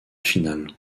finale